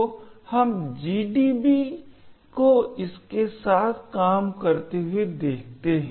तो हम GDB को इसके साथ काम करते हुए देखते हैं